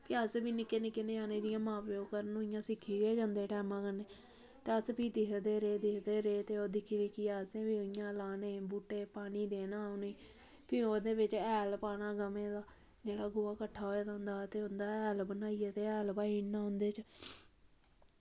इ'यां अस बी निक्के निक्के ञ्याने जियां मां प्यो करन उआं सिक्खी गै जंदे टैमा कन्नै ते अस फ्ही दिक्खदे रेह् दिक्खदे रेह् ते ओह् असें बी दिक्खी दिक्खियै उ'आं लाने बहूटे पानी देना उ'नेंगी फ्ही औह्दे बिच्च हैल पाना गवें दा गोहा कट्ठा होए दा होंदा ते उं'दा हैल बनाइये इ'न्ना उं'दे च